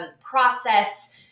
process